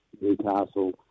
Newcastle